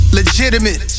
legitimate